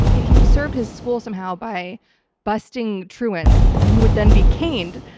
he served his school somehow by busting truants who would then be caned.